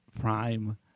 Prime